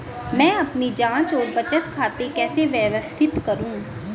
मैं अपनी जांच और बचत खाते कैसे व्यवस्थित करूँ?